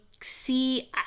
see